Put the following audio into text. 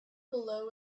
below